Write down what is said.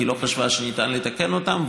כי היא לא חשבה שניתן לתקן אותם,